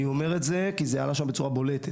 אני אומר את זה כי עלה שם בצורה בולטת,